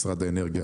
למשרד האנרגיה,